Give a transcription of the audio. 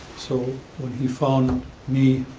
so when he found me,